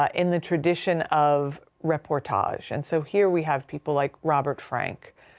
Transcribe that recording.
ah in the tradition of reportage. and so, here we have people like robert frank,